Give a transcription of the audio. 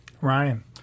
Ryan